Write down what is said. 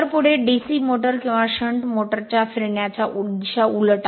तर पुढे DC motor किंवा शंट मोटर च्या फिरण्याच्या दिशा उलट आहेत